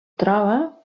troba